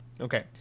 Okay